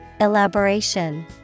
Elaboration